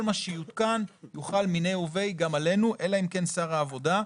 כל מה שיותקן יוחל מניה וביה גם עלינו אלא אם כן שר העבודה,